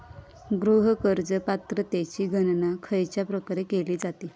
गृह कर्ज पात्रतेची गणना खयच्या प्रकारे केली जाते?